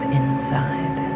inside